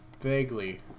Vaguely